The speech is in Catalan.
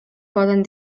poden